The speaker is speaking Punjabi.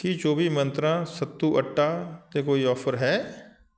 ਕੀ ਚੌਵੀ ਮੰਤਰਾ ਸੱਤੂ ਅੱਟਾ 'ਤੇ ਕੋਈ ਔਫ਼ਰ ਹੈ